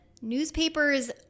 newspapers